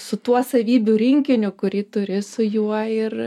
su tuo savybių rinkiniu kurį turi su juo ir